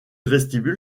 vestibule